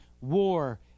war